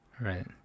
Right